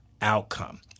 outcome